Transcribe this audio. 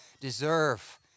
deserve